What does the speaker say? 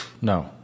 no